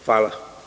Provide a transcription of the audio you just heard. Hvala.